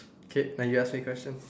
okay now you ask me a question